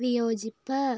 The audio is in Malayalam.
വിയോജിപ്പ്